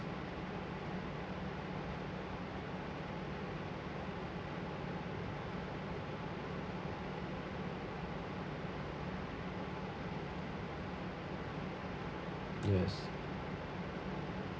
yes